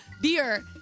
beer